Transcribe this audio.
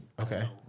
Okay